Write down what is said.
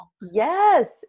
Yes